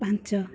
ପାଞ୍ଚ